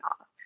off